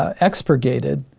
ah expurgated.